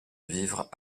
vivre